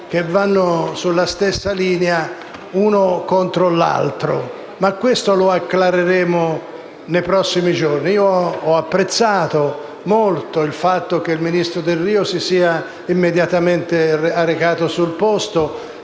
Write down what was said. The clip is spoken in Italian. che vanno sulla stessa linea uno contro l'altro. Ma questo lo acclareremo nei prossimi giorni. Ho apprezzato molto il fatto che il ministro Delrio si sia immediatamente recato sul posto,